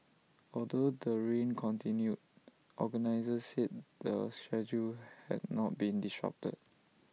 although the rain continued organisers said the schedule had not been disrupted